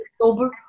October